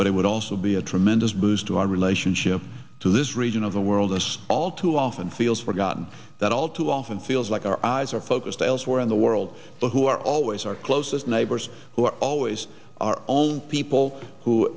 but it would also be a tremendous boost to our relationship to this region of the world knows all too often feels forgotten that all too often feels like our eyes are focused elsewhere in the world who are always our closest neighbors who are always our own people who